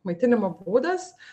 maitinimo būdas